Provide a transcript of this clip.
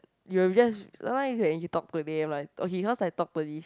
you will just sometimes you can can talk to them lah okay cause I talk to this